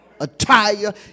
Attire